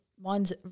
mine's